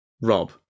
rob